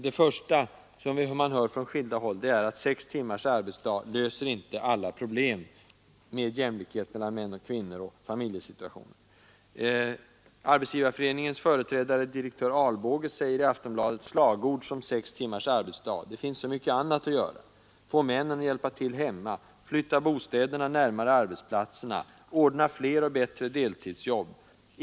Det första, som man hör från skilda håll, är att sex timmars arbetsdag inte löser alla problem med jämlikhet mellan män och kvinnor. Arbetsgivareföreningens företrädare direktör Albåge säger i Aftonbladet: ”Varför rikta in sig på slagord som sex timmars arbetsdag? Det finns så mycket annat att göra, få männen att hjälpa till hemma, flytta bostäderna närmare arbetsplatserna, ordna fler och bättre deltidsjobb.